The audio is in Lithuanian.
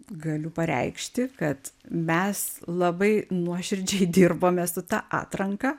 galiu pareikšti kad mes labai nuoširdžiai dirbome su ta atranka